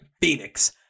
phoenix